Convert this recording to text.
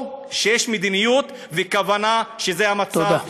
או שיש מדיניות וכוונה שזה המצב, תודה.